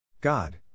God